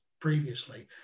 previously